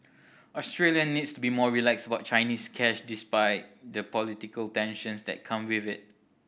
Australia needs to be more relaxed about Chinese cash despite the political tensions that come with it